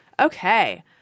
Okay